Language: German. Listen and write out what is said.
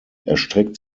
erstreckt